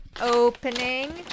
Opening